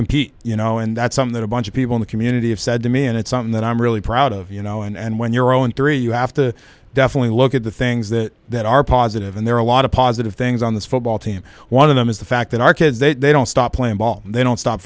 compete you know and that's something that a bunch of people in the community have said to me and it's something that i'm really proud of you know and when your own theory you have to definitely look at the things that that are positive and there are a lot of positive things on the football team one of them is the fact that our kids that they don't stop playing ball they don't stop